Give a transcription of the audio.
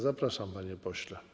Zapraszam, panie pośle.